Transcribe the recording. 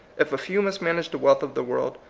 if a few must manage the wealth of the world,